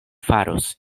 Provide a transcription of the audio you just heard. faros